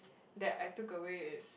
that I took away is